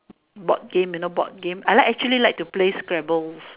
board game you know board game I like actually like to play scrabbles